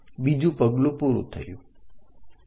તો બીજું પગલું પૂરું થયું